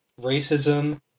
racism